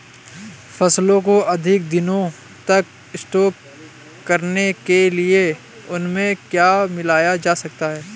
फसलों को अधिक दिनों तक स्टोर करने के लिए उनमें क्या मिलाया जा सकता है?